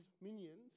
minions